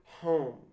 home